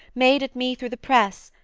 made at me through the press,